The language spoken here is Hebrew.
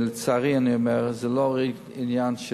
ולצערי אני אומר, זה לא עניין של